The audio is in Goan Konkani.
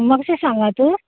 मात्शें सांगात